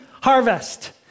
harvest